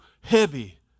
heavy